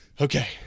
okay